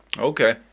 Okay